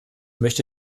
möchte